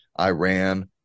Iran